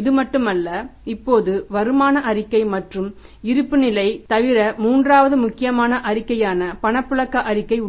இது மட்டுமல்ல இப்போது வருமான அறிக்கை மற்றும் இருப்புநிலை தவிர மூன்றாவது முக்கியமான அறிக்கையான பணப்புழக்க அறிக்கை உள்ளது